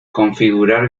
configurar